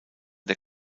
der